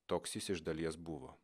toks jis iš dalies buvo